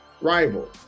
rival